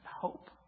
hope